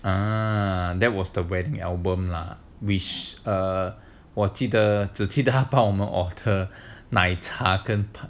ah that was the wedding album lah which err 我记得只记得他 offer 我们们奶茶跟